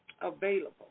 available